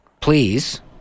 please